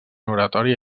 oratòria